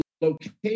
location